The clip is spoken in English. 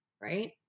right